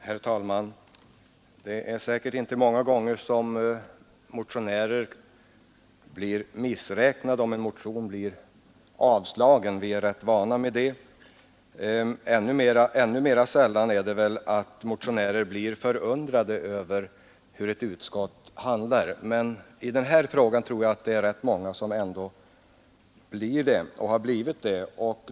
Herr talman! Efter några år i riksdagen blir motionärer inte så missräknade om en motion blir avslagen. Vi är rätt vana vid det. Ännu mera sällan är det väl att motionärer blir förundrade över hur ett utskott handlar. Men i den här frågan tror jag ändå att det är rätt många som har blivit det.